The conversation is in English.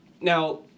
Now